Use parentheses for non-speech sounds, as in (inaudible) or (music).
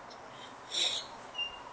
(noise)